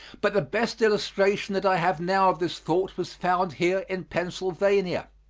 but the best illustration that i have now of this thought was found here in pennsylvania.